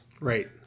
Right